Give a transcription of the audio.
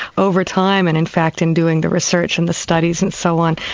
over time, and in fact and doing the research and the studies and so on,